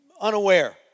unaware